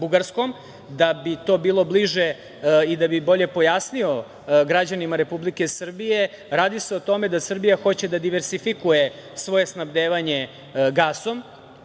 Da bi to bilo bliže i da bih bolje pojasnio građanima Republike Srbije, radi se o tome da Srbija hoće da diverzifikuje svoje snabdevanje gasom.